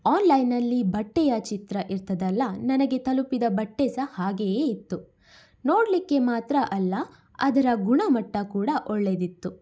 ಆನ್ಲೈನಲ್ಲಿ ಬಟ್ಟೆಯ ಚಿತ್ರ ಇರ್ತದಲ್ಲ ನನಗೆ ತಲುಪಿದ ಬಟ್ಟೆ ಸಹ ಹಾಗೆಯೇ ಇತ್ತು ನೋಡಲಿಕ್ಕೆ ಮಾತ್ರ ಅಲ್ಲ ಅದರ ಗುಣಮಟ್ಟ ಕೂಡ ಒಳ್ಳೆಯದಿತ್ತು